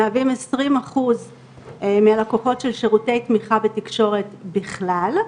מהווים עשרים אחוז מהלקוחות של שירותי תמיכה בתקשורת בכלל,